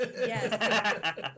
Yes